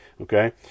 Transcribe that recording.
Okay